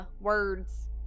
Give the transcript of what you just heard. words